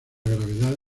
gravedad